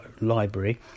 Library